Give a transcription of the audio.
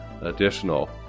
additional